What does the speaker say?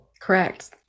Correct